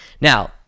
Now